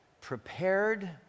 prepared